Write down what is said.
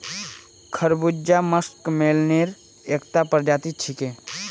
खरबूजा मस्कमेलनेर एकता प्रजाति छिके